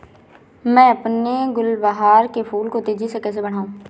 मैं अपने गुलवहार के फूल को तेजी से कैसे बढाऊं?